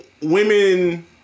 women